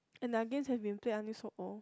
and their games have been played until so old